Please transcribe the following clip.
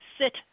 sit